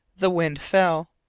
the wind fell.